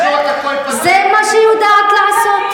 זה מה שהיא יודעת לעשות.